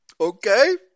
Okay